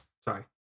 Sorry